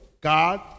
God